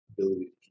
ability